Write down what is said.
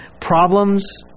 problems